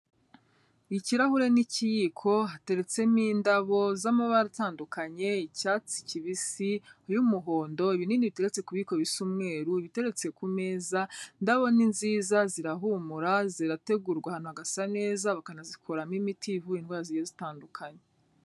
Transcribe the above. Ikirahure n'ikiyiko, hateretsemo indabo z'amabara atandukanye, icyatsi kibisi, y'umuhondo, ibinini biteretse ku biyiko bisa umweru, ibiterutse ku meza. Indabo ni nziza, zirahumura, zirategurwa ahantu hagasa neza, bakanazikuramo imiti ivura indwara zigiye zitandukanye.